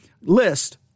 list